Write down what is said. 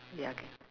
ya